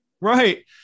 Right